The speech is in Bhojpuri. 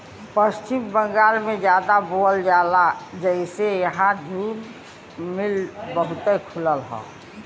पश्चिम बंगाल में जादा बोवल जाला जेसे वहां जूल मिल बहुते खुलल हौ